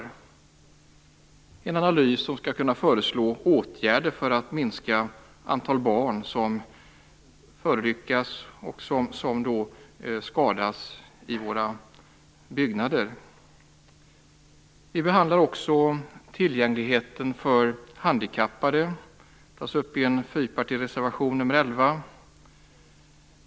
En sådan analys skall kunna föreslå åtgärder för att minska antalet barn som förolyckas och skadas i våra byggnader. Vi behandlar också tillgängligheten för handikappade. Det tas upp i en fyrpartireservation, nr 11.